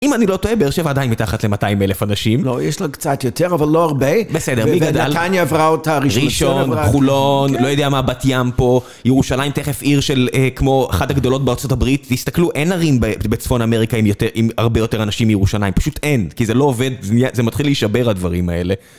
אם אני לא טועה באר שבע עדיין מתחת ל-200,000 אנשים. לא, יש לו קצת יותר, אבל לא הרבה בסדר, מי גדל? ונתניה עברה אותה ראשון ראשון, בחולון, לא יודע מה, בת ים פה ירושלים תכף עיר של, כמו, אחת הגדולות בארה״ב תסתכלו, אין ערים בצפון האמריקה עם הרבה יותר אנשים מירושלים פשוט אין, כי זה לא עובד, זה מתחיל להישבר הדברים האלה